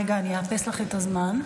רגע, אאפס לך את הזמן.